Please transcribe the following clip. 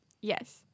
Yes